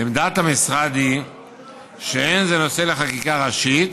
עמדת המשרד היא שאין זה נושא לחקיקה ראשית,